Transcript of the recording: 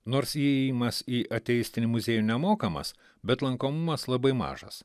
nors įėjimas į ateistinį muziejų nemokamas bet lankomumas labai mažas